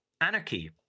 anarchy